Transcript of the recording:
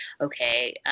okay